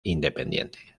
independiente